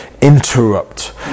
interrupt